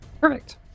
perfect